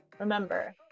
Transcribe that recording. Remember